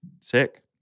Sick